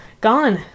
gone